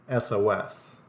SOS